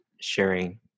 sharing